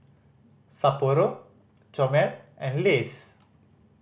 Sapporo Chomel and Lays